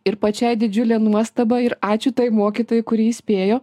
ir pačiai didžiulė nuostaba ir ačiū tai mokytojai kuri įspėjo